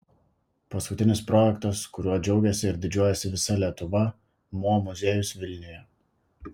paskutinis projektas kuriuo džiaugiasi ir didžiuojasi visa lietuva mo muziejus vilniuje